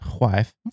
wife